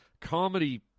comedy